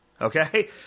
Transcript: Okay